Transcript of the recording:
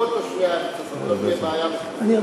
כל תושבי הארץ הזאת ולא תהיה בעיה בכלל.